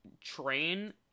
train